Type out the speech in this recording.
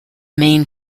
main